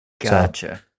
Gotcha